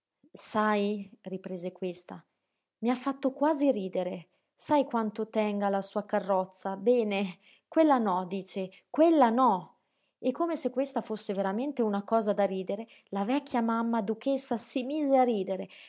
sai riprese questa mi ha fatto quasi ridere sai quanto tenga alla sua carrozza bene quella no dice quella no e come se questa fosse veramente una cosa da ridere la vecchia mamma duchessa si mise a ridere